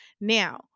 Now